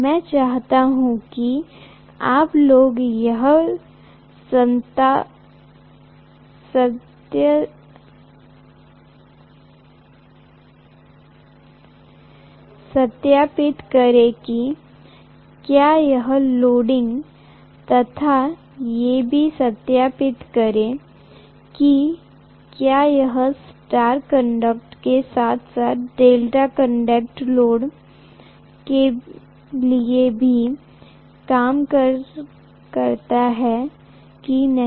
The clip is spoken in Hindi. मैं चाहता हूं कि आप लोग यह सत्यापित करें कि क्या यह लेडिंग लोड तथा ये भी सत्यापित करें कि क्या यह स्टार कनेक्टेड के साथ साथ डेल्टा कनेक्टेड लोड के लिए भी काम करता है की नहीं